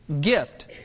Gift